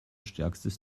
stärkstes